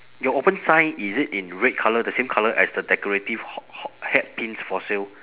your open sign is it in red colour the same colour as the decorative ho~ ho~ hatpins for sale